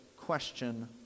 question